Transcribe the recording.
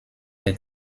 der